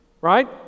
Right